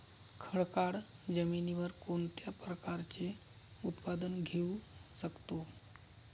खडकाळ जमिनीवर कोणत्या प्रकारचे उत्पादन घेऊ शकतो?